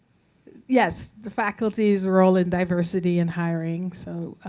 yes. the faculty's role in diversity in hiring. so,